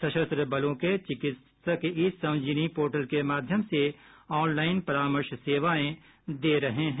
सशस्त्र बलों के चिकित्सक ई संजीवनी पोर्टल के माध्यम से ऑनलाइन परामर्श सेवाएं दे रहे हैं